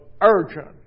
urgent